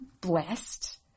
blessed